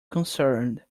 concerned